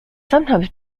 sometimes